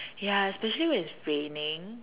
ya especially when it's raining